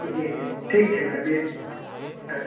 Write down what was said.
જી જી જી ઠીક છે મેડમ એ કરી લઉં